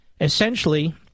Essentially